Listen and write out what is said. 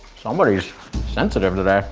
somebody's sensitive today.